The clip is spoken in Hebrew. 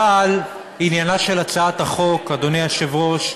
אבל עניינה של הצעת החוק, אדוני היושב-ראש,